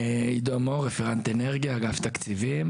על החריגים אתה אחראי.